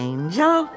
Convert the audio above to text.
Angel